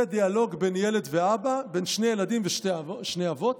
זה דיאלוג בין ילד לאבא, בין שני ילדים לשני אבות.